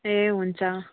ए हुन्छ